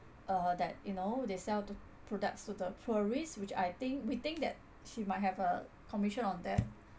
uh that you know they sell the products to the tourist which I think we think that she might have a commission on that